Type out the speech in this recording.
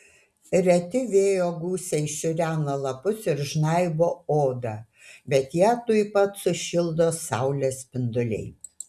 reti vėjo gūsiai šiurena lapus ir žnaibo odą bet ją tuoj pat sušildo saulės spinduliai